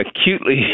acutely